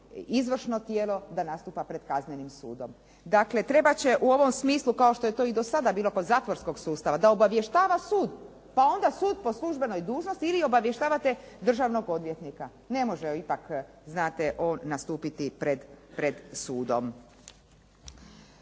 izvršno tijelo da nastupa pred kaznenim sudom. Dakle, trebat će u ovom smislu kao što je to i do sada bilo kod zatvorskog sustava da obavještava sud, pa onda sud po službenoj dužnosti ili obavještavate državnog odvjetnika. Ne može ipak znat on nastupiti pred sudom.